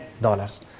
dollars